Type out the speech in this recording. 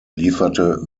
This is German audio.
lieferte